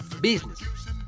Business